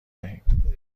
دهیم